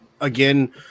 again